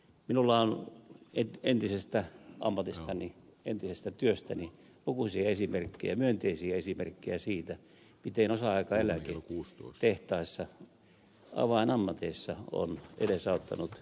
minulla on entisestä ammatistani entisestä työstäni lukuisia myönteisiä esimerkkejä siitä miten osa aikaeläke tehtaissa avainammateissa on edesauttanut sukupolvenvaihdosta